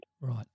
Right